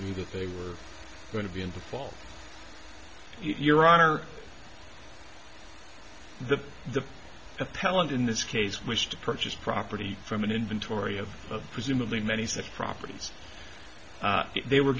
knew that they were going to be in the fall your honor the the appellant in this case wished to purchase property from an inventory of presumably many such properties they were